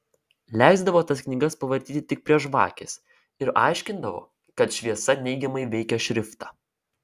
leisdavo tas knygas pavartyti tik prie žvakės ir aiškindavo kad šviesa neigiamai veikia šriftą